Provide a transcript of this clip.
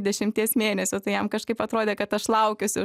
dešimties mėnesių tai jam kažkaip atrodė kad aš laukiuosi